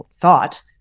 thought